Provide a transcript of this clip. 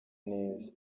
neza